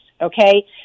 okay